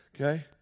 okay